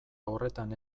horretan